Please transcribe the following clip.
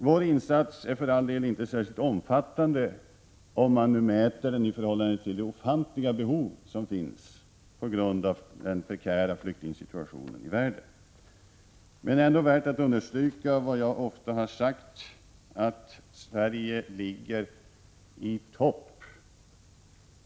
Vår insats är för all del inte särskilt omfattande mätt i förhållande till de ofantliga behov som finns på grund av den prekära flyktingsituationen i världen, men det är ändå värt att understryka, som jag ofta har sagt, att Sverige ligger i topp.